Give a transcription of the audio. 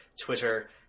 Twitter